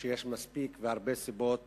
שיש מספיק והרבה סיבות